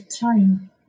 time